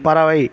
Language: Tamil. பறவை